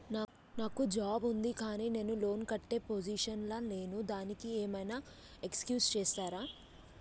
నాకు జాబ్ ఉంది కానీ నేను లోన్ కట్టే పొజిషన్ లా లేను దానికి ఏం ఐనా ఎక్స్క్యూజ్ చేస్తరా?